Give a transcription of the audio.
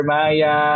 Maya